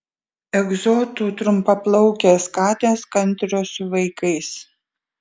egzotų trumpaplaukės katės kantrios su vaikais